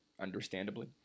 understandably